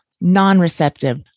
Non-receptive